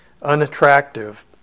unattractive